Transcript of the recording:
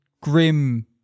grim